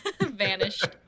Vanished